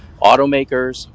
automakers